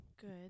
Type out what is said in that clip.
Good